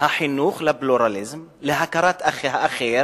החינוך לפלורליזם, להכרת האחר